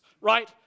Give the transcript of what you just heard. right